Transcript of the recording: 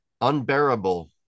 unbearable